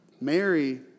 Mary